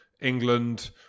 England